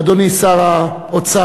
אדוני שר האוצר,